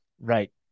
Right